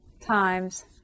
times